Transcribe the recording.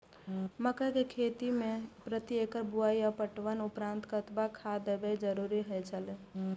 मक्का के खेती में प्रति एकड़ बुआई आ पटवनक उपरांत कतबाक खाद देयब जरुरी होय छल?